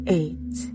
eight